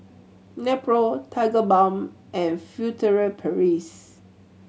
Nepro Tigerbalm and Furtere Paris